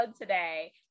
today